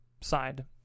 side